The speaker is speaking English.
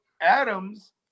Adams